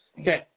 Okay